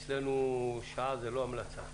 אצלנו שעה זה לא המלצה.